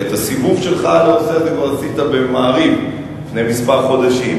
הרי את הסיבוב שלך על הנושא הזה כבר עשית ב"מעריב" לפני כמה חודשים.